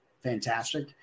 fantastic